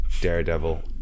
Daredevil